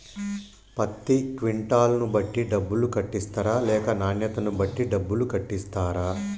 పత్తి క్వింటాల్ ను బట్టి డబ్బులు కట్టిస్తరా లేక నాణ్యతను బట్టి డబ్బులు కట్టిస్తారా?